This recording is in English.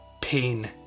pain